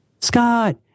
Scott